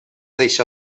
deixa